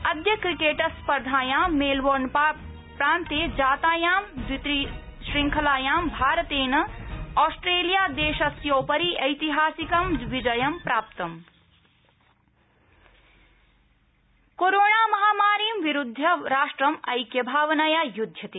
अद्य क्रिकेटस्पर्धायां मेलबोर्नप्रान्ते जातायां द्वितीयश्रृंखलायां भारतेन ऑस्ट्रेलियादेशस्योपरि ऐतिहासिकं विजयं प्राप्तम् कोविड ओपनिंग कोरोणामहामारी विरुध्य राष्ट्रम् ऐक्यभावनया युद्ध्यते